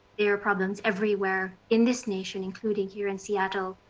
they are problems everywhere, in this nation, including here in seattle,